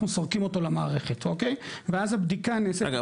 אנחנו סורקים למערכת ואז הבדיקה --- רגע,